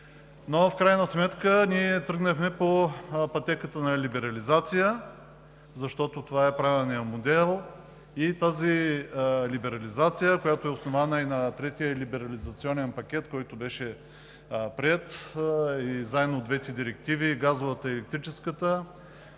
В крайна сметка ние тръгнахме по пътеката на либерализация, защото това е правилният модел. Тази либерализация е основана на Третия либерализационен пакет, който беше приет, и заедно с двете директиви – газовата и електрическата,